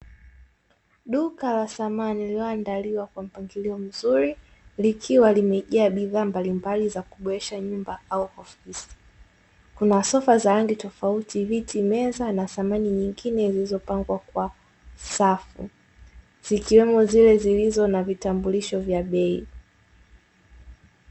Duka la samani lililoandaliwa kwa mpangilo mzuri, likiwa limejaa bidhaa mbalimbali za kuboresha nyumba au ofisi. Kuna sofa za aina tofauti viti, meza na samani nyingine zilizopangwa kwa safi. Zikiwemo zile zilizo na vitambulisho vya bei.